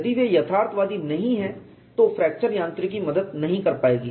यदि वे यथार्थवादी नहीं हैं तो फ्रैक्चर यांत्रिकी मदद नहीं कर पायेगी